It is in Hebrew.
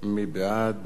מי בעד?